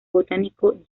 botánico